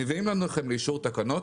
מביאים לכם לאישור תקנות?